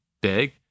big